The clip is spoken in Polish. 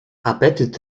apetyt